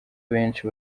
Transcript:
benshi